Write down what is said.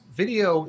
video